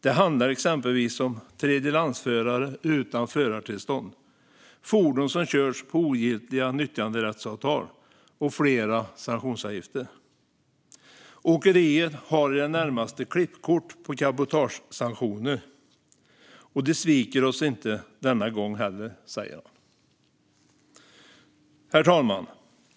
Det handlar exempelvis om tredjelandsförare utan förartillstånd, fordon som körts på ogiltiga nyttjanderättsavtal och flera sanktionsavgifter. - Åkeriet har i det närmaste 'klippkort' på cabotagesanktioner och de sviker oss inte denna gång heller, säger han." Herr talman!